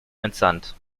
entsandt